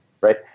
right